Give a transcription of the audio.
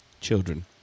Children